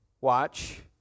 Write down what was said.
watch